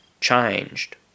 changed